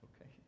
okay